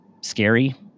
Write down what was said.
scary